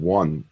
one